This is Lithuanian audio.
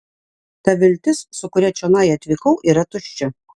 ta viltis su kuria čionai atvykau yra tuščia